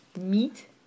meat